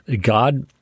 God